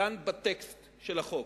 דן בטקסט של החוק.